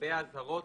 לגבי האזהרות,